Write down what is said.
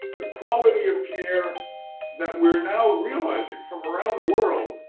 the quality of care that we're now realizing from around the world